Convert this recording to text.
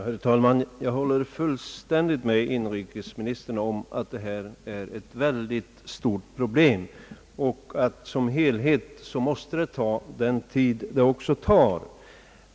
Herr talman! Jag håller fullständigt med inrikesministern om att detta är ett synnerligen stort problem och att arbetet som helhet måste få ta den tid, som det kommer att behöva.